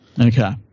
Okay